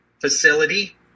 facility